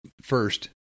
first